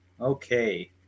Okay